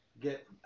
get